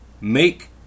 make